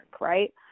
right